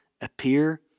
appear